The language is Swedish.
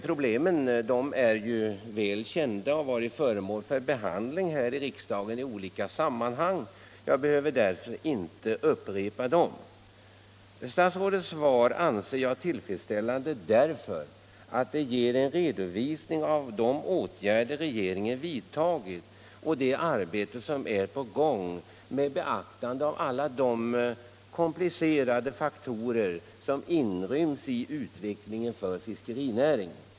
Problemen är väl kända och har varit föremål för behandling här i riksdagen i olika sammanhang. Jag behöver därför inte upprepa dem. Statsrådets svar anser jag vara tillfredsställande därför att det ger en redovisning av de åtgärder regeringen vidtagit och det arbete som är på gång med beaktande av alla de komplicerade faktorer som inryms i utvecklingen för fiskerinäringen.